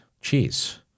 cheese